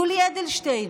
יולי אדלשטיין,